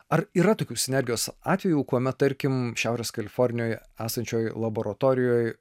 ar yra tokių sinergijos atvejų kuomet tarkim šiaurės kalifornijoj esančioj laboratorijoj